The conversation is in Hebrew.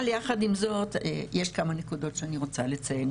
אבל יחד עם זאת, יש כמה נקודות שאני רוצה לציין.